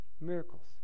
miracles